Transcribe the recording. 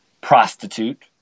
prostitute